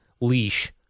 leash